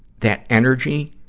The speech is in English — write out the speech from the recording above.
that energy